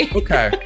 okay